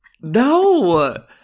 no